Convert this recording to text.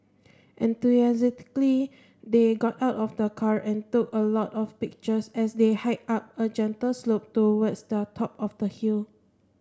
enthusiastically they got out of the car and took a lot of pictures as they hiked up a gentle slope towards the top of the hill